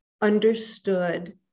understood